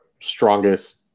strongest